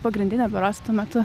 pagrindinė berods tuo metu